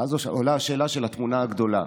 ואז עולה השאלה של התמונה הגדולה: